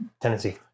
Tennessee